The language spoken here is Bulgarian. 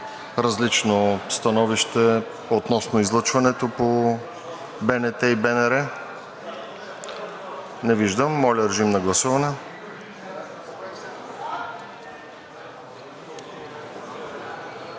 различно становище относно излъчването по БНТ и БНР? Не виждам. Моля, режим на гласуване.